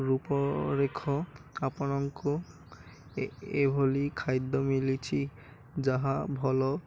ରୂପରେଖ ଆପଣଙ୍କୁ ଏଭଳି ଖାଦ୍ୟ ମିଳିଛିି ଯାହା ଭଲ